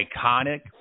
iconic